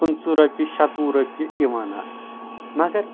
پٕنٛژٕ رۄپیہِ شیٚتوُہ رۄپیہِ یِوان آسہٕ مگر